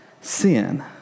sin